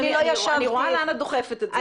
אני לא ישבתי --- אני רואה לאן את דוחפת את זה,